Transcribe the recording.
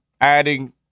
adding